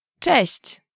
Cześć